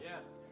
Yes